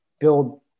build